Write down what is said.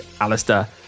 Alistair